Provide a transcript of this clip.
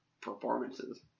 performances